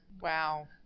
Wow